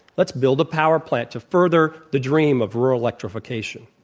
let's build a power plant to further the dream of rural electrification.